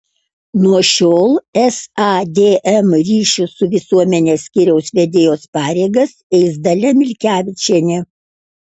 nuo šiol sadm ryšių su visuomene skyriaus vedėjos pareigas eis dalia milkevičienė